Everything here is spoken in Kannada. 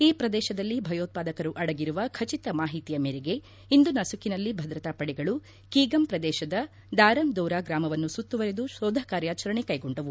ಈ ಪ್ರದೇಶದಲ್ಲಿ ಭಯೋತ್ಪಾದಕರು ಅಡಗಿರುವ ಖಚಿತ ಮಾಹಿತಿಯ ಮೇರೆಗೆ ಇಂದು ನಸುಕಿನಲ್ಲಿ ಭದ್ರತಾ ಪಡೆಗಳು ಕೀಗಮ್ ಪ್ರದೇಶದ ದಾರಮ್ ದೋರಾ ಗ್ರಾಮವನ್ನು ಸುತ್ತುವರೆದು ಶೋಧ ಕಾರ್ಯಾಚರಣೆ ಕೈಗೊಂಡವು